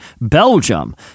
Belgium